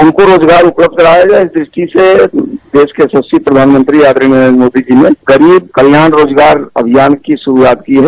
उनको रोजगार उपलब्ध कराया जाय इसीलिए देश के यशस्वी प्रधानमंत्री आदरणीय नरेन्द्र मोदी जी ने गरीब कल्याण रोजगार अनियान की शुरूआत की है